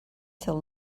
till